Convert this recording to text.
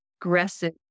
aggressive